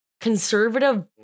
conservative